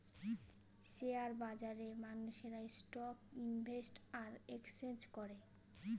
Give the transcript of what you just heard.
share বাজারে মানুষেরা stock invest আর এক্সচেঞ্জ করে